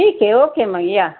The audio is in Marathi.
ठीक आहे ओके मग या